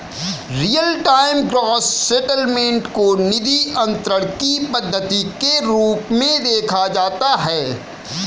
real time gross settlement को निधि अंतरण की पद्धति के रूप में देखा जाता है